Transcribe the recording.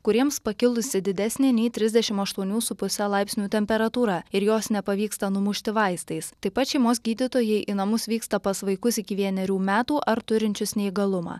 kuriems pakilusi didesnė nei trisdešimt aštuonių su puse laipsnių temperatūra ir jos nepavyksta numušti vaistais taip pat šeimos gydytojai į namus vyksta pas vaikus iki vienerių metų ar turinčius neįgalumą